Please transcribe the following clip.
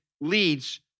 leads